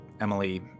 Emily